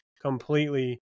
completely